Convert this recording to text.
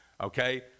okay